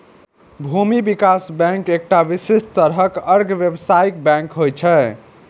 भूमि विकास बैंक एकटा विशिष्ट तरहक अर्ध व्यावसायिक बैंक होइ छै